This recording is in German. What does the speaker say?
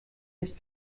nicht